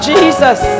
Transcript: Jesus